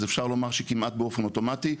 אז אפשר לומר שכמעט באופן אוטומטי,